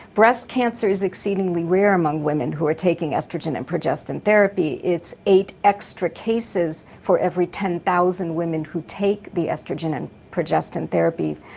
breast cancer is exceedingly rare among women who are taking oestrogen and progestin therapy, it's eight extra cases for every ten thousand women who take the oestrogen and progestin therapy.